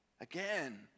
again